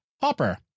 Hopper